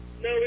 No